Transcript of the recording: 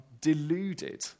deluded